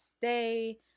stay